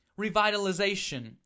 revitalization